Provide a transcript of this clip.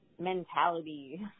mentality